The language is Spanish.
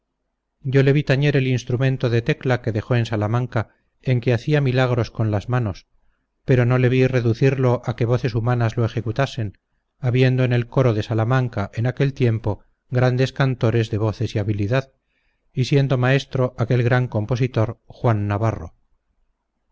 yo le vi tañer el instrumento de tecla que dejó en salamanca en que hacía milagros con las manos pero no le vi reducirlo a que voces humanas lo ejecutasen habiendo en el coro de salamanca en aquel tiempo grandes cantores de voces y habilidad y siendo maestro aquel gran compositor juan navarro